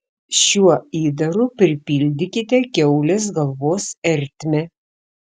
šiuo įdaru pripildykite kiaulės galvos ertmę